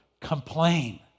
complain